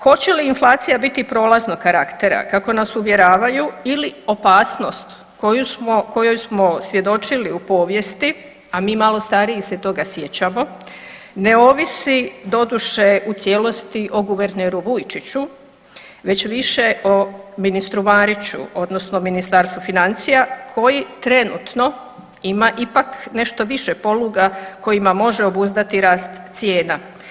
Hoće li inflacija biti prolaznog karaktera kako nas uvjeravaju ili opasnost kojoj smo svjedočili u povijesti, a mi malo stariji se toga sjećamo, ne ovisi doduše u cijelosti o guverneru Vujčiću već više o ministru Mariću odnosno Ministarstvu financija koji trenutno ima ipak nešto više poluga kojima može obuzdati rast cijena.